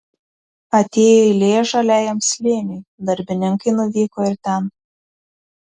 atėjo eilė žaliajam slėniui darbininkai nuvyko ir ten